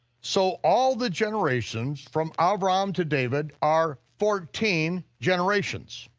so all the generations, from abram to david, are fourteen generations.